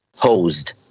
hosed